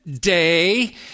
day